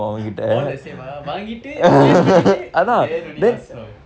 all the same ah வாங்கிட்டு:vaankittu plan பண்ணிட்டு:pannittu then only ask how